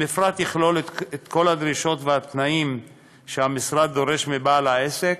המפרט יכלול את כל הדרישות והתנאים שהמשרד דורש מבעל העסק,